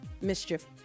Mischief